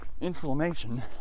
inflammation